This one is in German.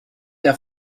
der